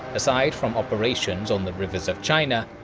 aside from operations on the rivers of china,